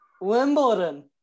Wimbledon